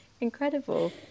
Incredible